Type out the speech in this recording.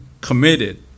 committed